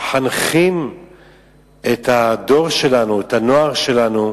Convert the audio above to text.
מחנכים את הדור שלנו, את הנוער שלנו.